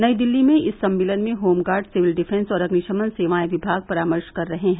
नई दिल्ली में इस सम्मेलन में होमगार्ड सिविल डिफेंस और अग्निशमन सेवाएं विभाग परामर्श कर रहे है